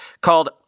called